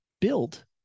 build